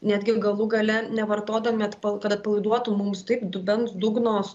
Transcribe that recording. netgi galų gale nevartodami atpa kad atpalaiduotų mums taip dubens dugno